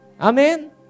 Amen